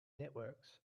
networks